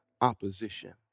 opposition